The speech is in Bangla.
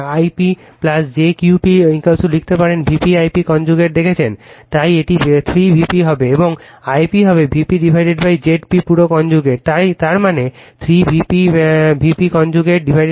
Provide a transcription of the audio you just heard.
P p jQ p লিখতে পারেন Vp I p কনজুগেট দেখেছেন তাই এটি 3 Vp হবে এবং I p হবে Vp Zp পুরো কনজুগেট তাই মানে 3 Vp Vp conjugate Zp conjugate